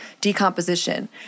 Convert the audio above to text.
decomposition